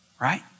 right